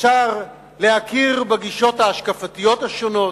אפשר להכיר בגישות ההשקפתיות השונות,